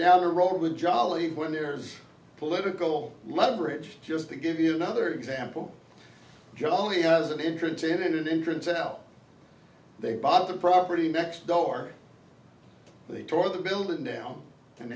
down the road with jolly when there's political leverage just to give you another example kelly has an interest in an intrinsic self they bought the property next door they tore the building down and